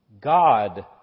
God